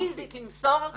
פיזית למסור אותו.